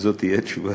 זו תהיה התשובה.